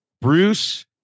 Bruce